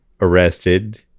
arrested